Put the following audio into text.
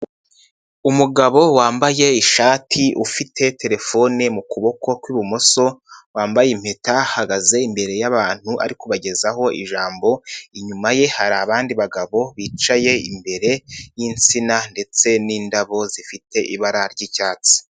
Umugabo wambaye ishati ufite telefone mu kuboko kw'ibumoso, wambaye impeta ahagaze imbere y'abantu ari kubagezaho ijambo, inyuma ye hari abandi bagabo bicaye imbere y'insina ndetse n'indabo zifite ibara ry'icyatsi.